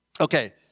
Okay